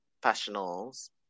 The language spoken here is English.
professionals